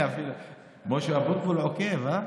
משה אבוטבול עוקב.